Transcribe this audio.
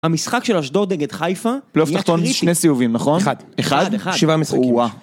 המשחק של אשדוד נגד חיפה, פלייאוף תחתון זה שני סיבובים, נכון? אחד, שבעה מסכימות.